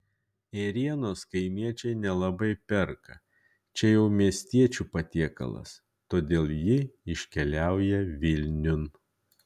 ėrienos kaimiečiai nelabai perka čia jau miestiečių patiekalas todėl ji iškeliauja vilniun